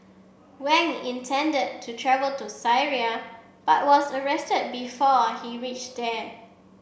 Wang intended to travel to Syria but was arrested before he reached there